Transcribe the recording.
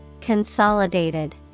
Consolidated